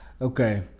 Okay